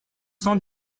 cent